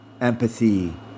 empathy